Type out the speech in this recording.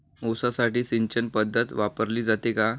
ऊसासाठी सिंचन पद्धत वापरली जाते का?